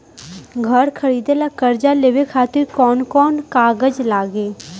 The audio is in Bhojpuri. घर खरीदे ला कर्जा लेवे खातिर कौन कौन कागज लागी?